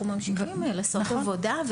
אנחנו ממשיכים לעשות עבודה.